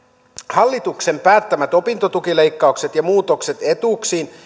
hallituksen päättämät opintotukileikkaukset ja muutokset etuuksiin